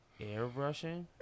Airbrushing